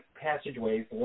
passageways